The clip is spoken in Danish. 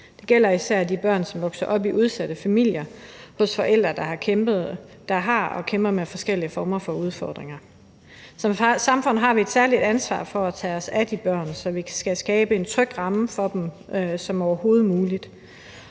Det gælder især de børn, som vokser op i udsatte familier hos forældre, der har og kæmper med forskellige former for udfordringer. Som samfund har vi et særligt ansvar for at tage os af de børn, så vi skal skabe så tryg en ramme for dem som overhovedet muligt.